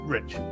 Rich